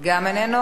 גם איננו.